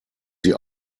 sie